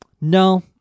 no